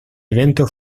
evento